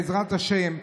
בעזרת השם,